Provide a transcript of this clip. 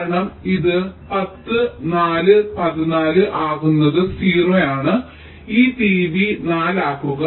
കാരണം ഇത് 10 4 14 ആകുന്നത് 0 ആണ് ഈ t b 4 ആക്കുക